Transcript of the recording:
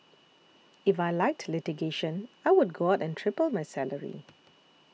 if I liked litigation I would go out and triple my salary